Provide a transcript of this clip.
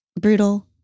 brutal